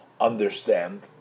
understand